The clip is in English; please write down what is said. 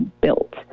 built